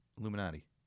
Illuminati